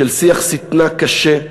של שיח שטנה קשה,